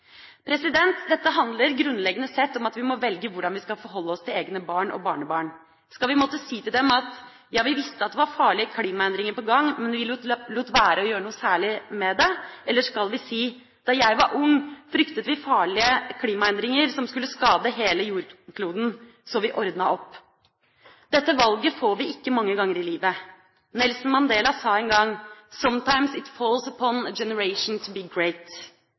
Dette handler grunnleggende sett om at vi må velge hvordan vi skal forholde oss til egne barn og barnebarn. Skal vi måtte si til dem at ja, vi visste at det var farlige klimaendringer på gang, men vi lot være å gjøre noe særlig med det? Eller skal vi si: Da jeg var ung, fryktet vi farlige klimaendringer som kunne skade hele jordkloden, så vi ordnet opp. Dette valget får vi ikke mange ganger i livet. Nelson Mandela sa en gang: «Sometimes it falls upon a generation